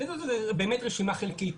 וזו באמת רשימה חלקית.